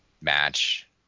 match